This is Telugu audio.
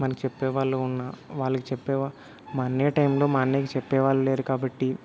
మనకు చెప్పే వాళ్ళు ఉన్నా వాళ్ళకి చెప్పేవా మా అన్నయ్య టైంలో మా అన్నయ్యకు చెప్పే వాళ్ళు లేరు కాబట్టి